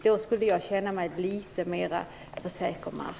Då skulle jag känna mig litet mer på säker mark.